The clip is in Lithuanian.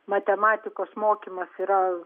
matematikos mokymas yra